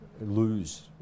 lose